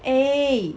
eh